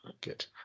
Good